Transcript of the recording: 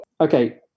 Okay